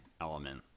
element